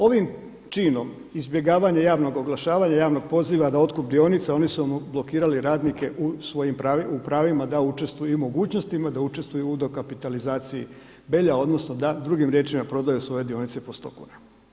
Ovim činom izbjegavanja javnog oglašavanja, javnog poziva na otkup dionica oni su blokirali radnike u pravima da učestvuju i mogućnostima da učestvuju u dokapitalizaciji Belja odnosno da drugim riječima prodaju svoje dionice po sto kuna.